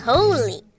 Holy